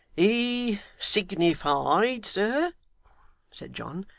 he signified, sir said john,